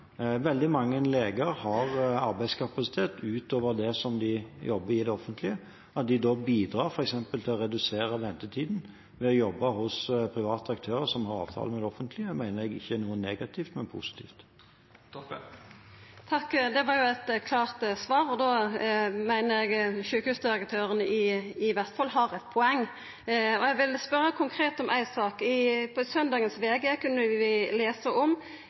Veldig mange leger har arbeidskapasitet utover det som de jobber i det offentlige. At de da bidrar f.eks. til å redusere ventetiden ved å jobbe hos private aktører som har avtale med det offentlige, mener jeg ikke er noe negativt, men positivt. Det var jo eit klart svar, og da meiner eg at sjukehusdirektøren i Vestfold har eit poeng. Eg vil spørja konkret om ei sak. I søndagens VG kunne vi lesa om